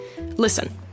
Listen